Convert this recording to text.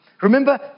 Remember